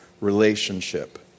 relationship